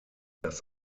das